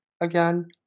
again